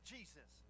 Jesus